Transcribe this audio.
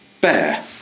bear